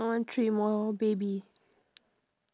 I want three more baby